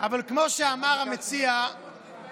אבל כמו שאמרו המציעים,